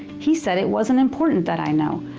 he said it wasn't important that i know,